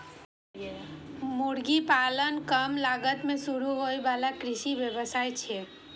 मुर्गी पालन कम लागत मे शुरू होइ बला कृषि व्यवसाय छियै